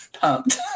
pumped